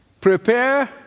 prepare